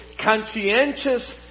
conscientious